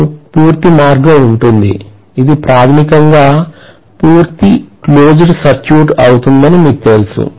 మీకు పూర్తి మార్గం ఉంటుంది ఇది ప్రాథమికంగా పూర్తి క్లోజ్డ్ సర్క్యూట్ అవుతుందని మీకు తెలుసు